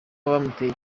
bamuteye